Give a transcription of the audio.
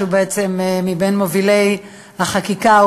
והוא ממובילי החקיקה,